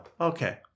Okay